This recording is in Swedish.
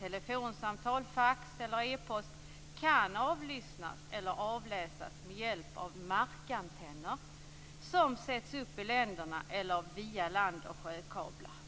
telefonsamtal, fax eller e-post kan avlyssnas eller avläsas med hjälp av markantenner som sätts upp i länderna eller via land och sjökablar.